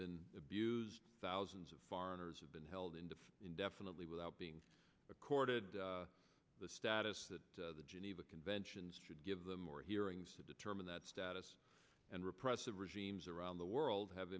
been abused thousands of foreigners have been held and indefinitely without being accorded the status that the geneva conventions should give them more hearings to determine that status and repressive regimes around the world have